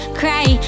cry